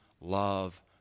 love